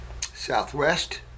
Southwest